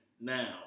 Now